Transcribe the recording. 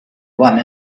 one